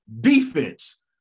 defense